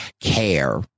care